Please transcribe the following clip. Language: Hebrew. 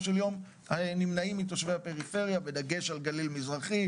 של יום נמנעים מתושבי הפריפריה בדגש על גליל מזרחי,